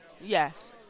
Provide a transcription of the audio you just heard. Yes